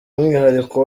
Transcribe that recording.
umwihariko